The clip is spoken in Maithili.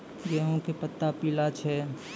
गेहूँ के पत्ता पीला छै?